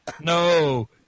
No